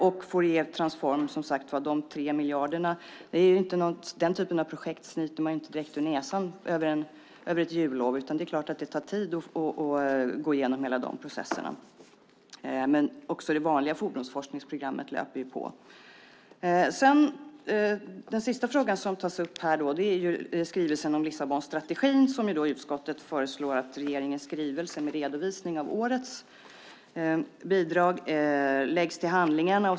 När det gäller Fouriertransform och de 3 miljarderna är det ju inte ett projekt som man snyter ur näsan över ett jullov. Det tar tid att gå igenom de processerna. Också det vanliga fordonsforskningsprogrammet löper på. Den sista frågan som tas upp gäller skrivelsen om Lissabonstrategin. Utskottet föreslår att regeringens skrivelse med redovisning av årets bidrag läggs till handlingarna.